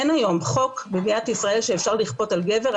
אין היום חוק במדינת ישראל שאפשר לכפות על גבר,